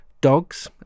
dogs